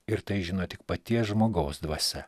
ir tai žino tik paties žmogaus dvasia